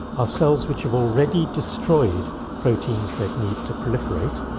are cells which have already destroyed proteins that need to proliferate,